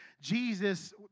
Jesus